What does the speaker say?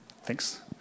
Thanks